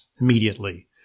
immediately